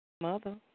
Mother